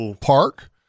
park